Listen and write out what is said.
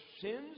sins